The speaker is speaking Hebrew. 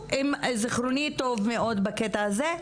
זכרוני טוב מאוד בקטע הזה,